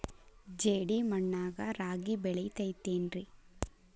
ಜೇಡಿ ಮಣ್ಣಾಗ ರಾಗಿ ಬೆಳಿತೈತೇನ್ರಿ?